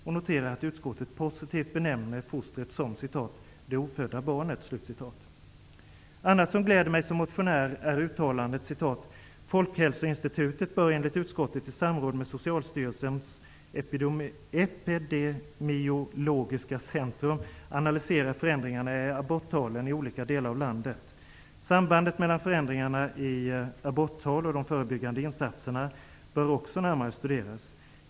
Jag noterar att utskottet positivt benämner fostret som Annat som gläder mig som motionär är uttalandet: ''Folkhälsoinstitutet bör enligt utskottet i samråd med socialstyrelsens epidemiologiska centrum analysera förändringarna i aborttalen i olika delar av landet. Sambandet mellan förändringarna i aborttal och de förebyggande insatserna bör också närmare studeras.